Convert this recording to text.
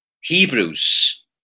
Hebrews